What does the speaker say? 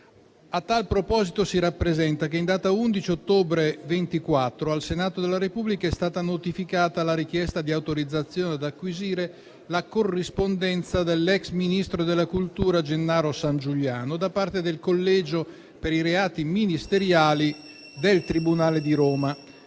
A tale proposito si rappresenta che, in data 11 ottobre 2024, al Senato della Repubblica è stata notificata la richiesta di autorizzazione ad acquisire la corrispondenza dell'ex ministro della cultura Gennaro Sangiuliano da parte del collegio per i reati ministeriali del Tribunale di Roma